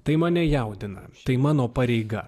tai mane jaudina tai mano pareiga